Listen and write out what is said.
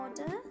order